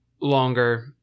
longer